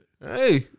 Hey